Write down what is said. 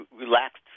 relaxed